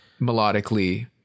melodically